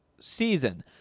season